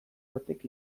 batek